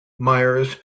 myers